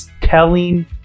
telling